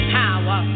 power